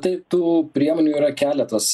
tai tų priemonių yra keletas